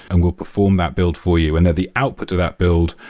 and we'll perform that build for you. and at the output of that build,